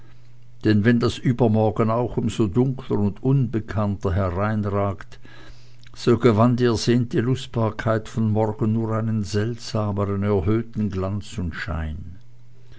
denn wenn das übermorgen auch um so dunkler und unbekannter hereinragte so gewann die ersehnte lustbarkeit von morgen nur einen seltsamern erhöhten glanz und schein